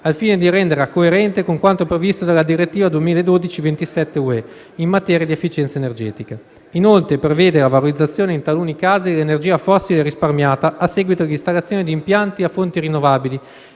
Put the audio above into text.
al fine di renderla coerente con quanto previsto dalla direttiva 2012/27/UE in materia di efficienza energetica. Inoltre, prevede la valorizzazione, in taluni casi, dell'energia fossile risparmiata a seguito dell'installazione di impianti a fonti rinnovabili